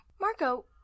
Marco